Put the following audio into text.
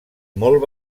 molt